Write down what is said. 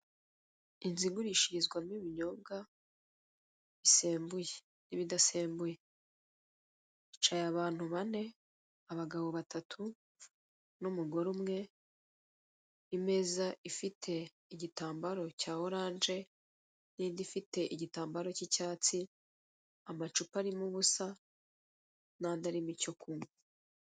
Inzu igurishirizwamo ibinyobwa ibidasembuye hicaye abantu bane abagabo batatu n'umugore umwe, imeza ifite igitambaro cya orange n'indi ifite igitambaro cy'icyatsi amacupa arimo ubusa n'andi arimo icyo kunywa.